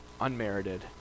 unmerited